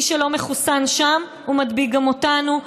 מי שלא מחוסן שם מדביק גם אותנו.